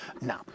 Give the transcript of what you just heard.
Now